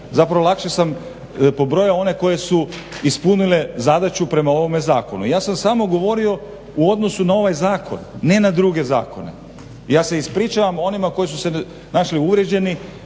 Zapravo lakše sam pobrojao one koje su ispunile zadaću prema ovome zakonu. Ja sam samo govorio u odnosu na ovaj zakona, ne na druge zakone. Ja se ispričavam onima koji su se našli uvrijeđeni,